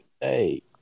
hey